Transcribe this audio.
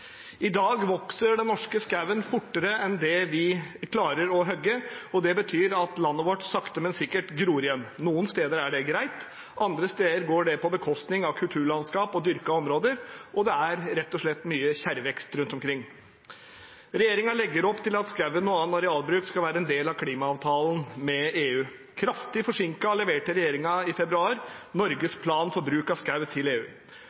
I dag vokser den norske skogen fortere enn det vi klarer å hogge. Det betyr at landet vårt sakte, men sikkert gror igjen. Noen steder er det greit, andre steder går det på bekostning av kulturlandskap og dyrkede områder. Det er rett og slett mye kjerrvekst rundt omkring. Regjeringen legger opp til at skogen og annen arealbruk skal være en del av klimaavtalen med EU. Kraftig forsinket leverte regjeringen i februar Norges plan for bruk av skog til EU.